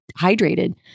hydrated